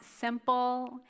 simple